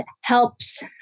helps